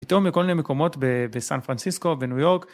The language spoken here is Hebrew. פתאום מכל מיני מקומות בסן פרנסיסקו בניו יורק